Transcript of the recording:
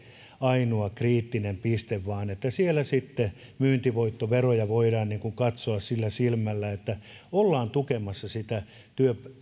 ainoa kriittinen piste vaan että sitten myyntivoittoveroja voidaan katsoa sillä silmällä että ollaan tukemassa sitä